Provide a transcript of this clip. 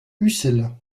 ucel